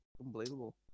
unbelievable